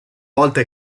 volta